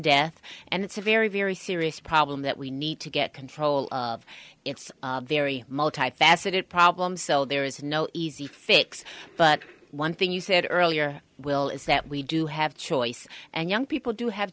death and it's a very very serious problem that we need to get control of it's a very multifaceted problem so there is no easy fix but one thing you said earlier will is that we do have choice and young people do have